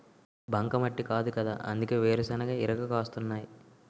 బంకమట్టి కాదుకదా అందుకే వేరుశెనగ ఇరగ కాస్తున్నాయ్